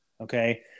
Okay